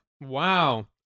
Wow